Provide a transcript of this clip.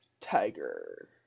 Tiger